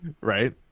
Right